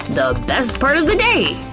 the best part of the day!